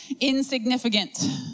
insignificant